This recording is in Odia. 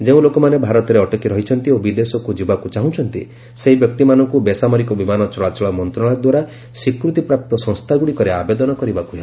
ଯେଉଁ ଲୋକମାନେ ଭାରତରେ ଅଟକି ରହିଛନ୍ତି ଓ ବିଦେଶ ଯିବାକୁ ଚାହୁଁଛନ୍ତି ସେହି ବ୍ୟକ୍ତିମାନଙ୍କୁ ବେସାମରିକ ବିମାନ ଚଳାଚଳ ମନ୍ତ୍ରଶାଳୟ ଦ୍ୱାରା ସ୍ୱୀକୃତିପ୍ରାପ୍ତ ସଂସ୍ଥାଗୁଡ଼ିକରେ ଆବେଦନ କରିବାକୁ ହେବ